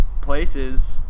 places